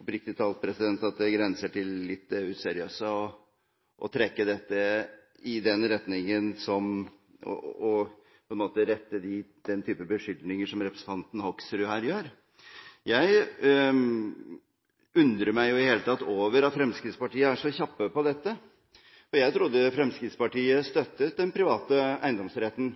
oppriktig talt at det grenser litt til det useriøse å trekke dette i den retningen og komme med den type beskyldninger som representanten Hoksrud her gjør. Jeg undrer meg i det hele tatt over at Fremskrittspartiet er så kjappe på dette. Jeg trodde Fremskrittspartiet støttet den private eiendomsretten.